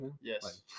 Yes